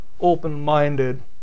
open-minded